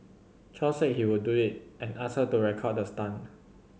Chow said he would do it and asked her to record the stunt